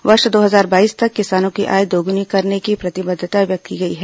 वर्ष दो हजार बाईस तक किसानों की आय दोगुनी करने की प्रतिबद्दता व्यक्त की गई है